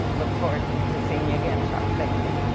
look forward to seeing you again. chuck, thank you.